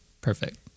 Perfect